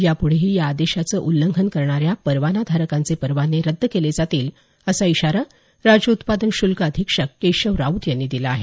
यापुढेही या आदेशाचं उल्लंघन करणाऱ्या परवानाधारकांचे परवाने रद्द केले जातील असा इशारा राज्य उत्पादन शुल्क अधीक्षक केशव राऊत यांनी दिला आहे